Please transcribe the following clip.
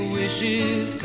wishes